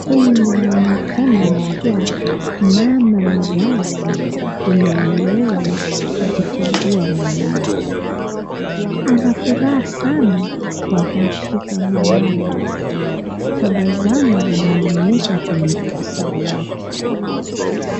Huyu waonekana kuwa mama mzazi mwenye ameweza kujifungua mwanawe, ana furaha sana kwa kumshika mwanawe, tabasamu linaonyesha kwenye uso wake,